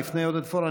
לפני עודד פורר,